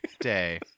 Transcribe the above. day